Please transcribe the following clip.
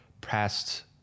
past